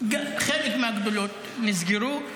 חלק מהגדולות נסגרו.